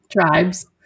tribes